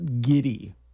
giddy